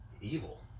evil